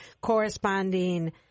corresponding